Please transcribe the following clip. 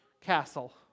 castle